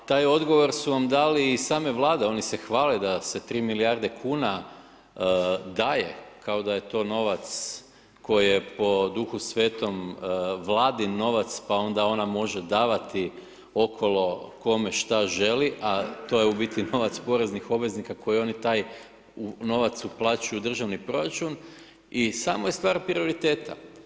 Pa taj odgovor su vam dali i same Vlade, oni se hvale da se 3 milijarde kuna daje kao da je to novac koji je po Duhu Svetom, Vladin novac, pa onda ona može davati okolo kome šta želi, a to je u biti novac poreznih obveznika koji oni taj novac uplaćuju u državni proračun i samo je stvar prioriteta.